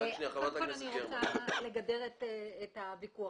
אני רוצה לגדר את הוויכוח.